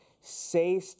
Say